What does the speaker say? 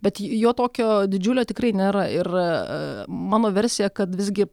bet jo tokio didžiulio tikrai nėra ir mano versija kad visgi